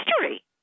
history